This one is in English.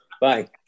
Bye